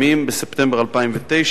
בספטמבר 2009,